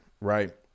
right